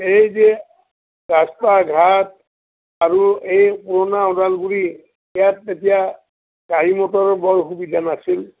এই যে ৰাস্তা ঘাট আৰু এই পুৰণা ওদালগুৰি ইয়াত এতিয়া গাড়ী মটৰৰ বৰ সুবিধা নাছিল